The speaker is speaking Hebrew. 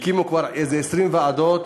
הקימו כבר איזה 20 ועדות,